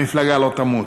המפלגה לא תמות,